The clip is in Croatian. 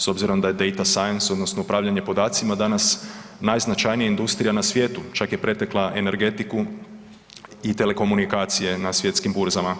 S obzirom da je date science odnosno upravljanje podacima danas najznačajnija industrija na svijetu, čak je pretekla energetiku i telekomunikacije na svjetskim burzama,